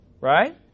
Right